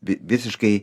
vi visiškai